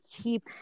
keep